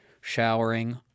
showering